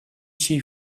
she